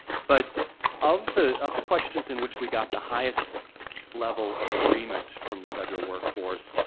but of the of the questions in which we got the highest level of agreement from the federal work force,